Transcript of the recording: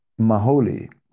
Maholi